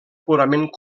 purament